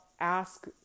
ask